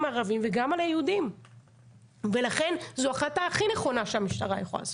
הערבים וגם על היהודים ולכן זו החלטה הכי נכונה שהמשטרה יכולה לעשות.